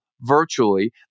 virtually